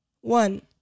One